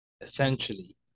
Essentially